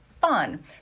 fun